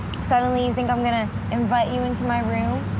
suddenly, you think i'm going to invite you into my room?